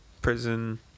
prison